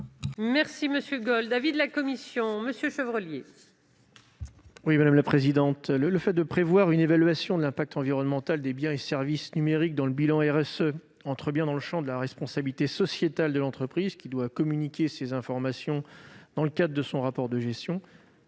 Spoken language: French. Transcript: à la position de la commission. Quel est l'avis de la commission ? Le fait de prévoir une évaluation de l'impact environnemental des biens et services numériques dans le bilan RSE entre bien dans le champ de la responsabilité sociétale de l'entreprise, qui doit communiquer ces informations, dans le cadre de son rapport de gestion.